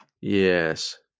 Yes